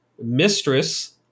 mistress